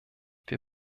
wir